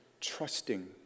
trusting